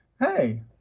hey